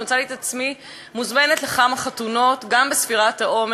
מצאתי את עצמי מוזמנת לכמה חתונות גם בספירת העומר.